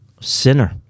sinner